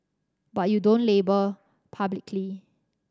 but you don't label publicly